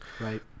right